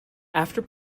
after